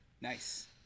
Nice